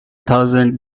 thousand